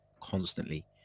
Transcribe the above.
constantly